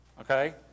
okay